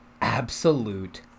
absolute